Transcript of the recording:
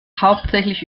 hauptsächlich